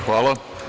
Hvala.